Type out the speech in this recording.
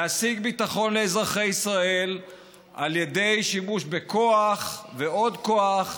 להשיג ביטחון לאזרחי ישראל על ידי שימוש בכוח ועוד כוח,